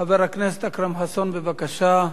חבר הכנסת אכרם חסון, בבקשה.